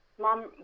mom